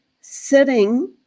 sitting